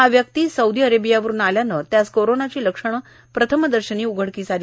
हा व्यक्ती हा सौदी अरेबिया वरून आल्याने त्यास कोरोनाची लक्षणे प्रथमदर्शनी उघडकीस आले